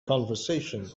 conversation